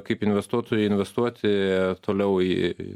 kaip investuotojai investuoti toliau į